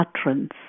utterance